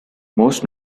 most